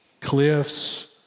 cliffs